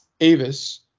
Avis